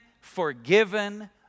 forgiven